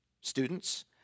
Students